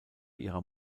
ihrer